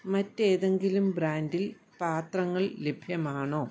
മറ്റേതെങ്കിലും ബ്രാൻഡിൽ പാത്രങ്ങൾ ലഭ്യമാണോ